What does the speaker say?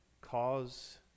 cause